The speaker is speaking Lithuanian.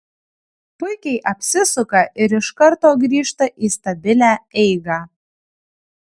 puikiai apsisuka ir iš karto grįžta į stabilią eigą